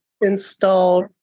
installed